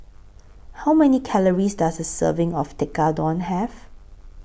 How Many Calories Does A Serving of Tekkadon Have